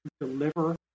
deliver